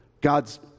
God's